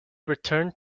returned